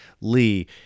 Lee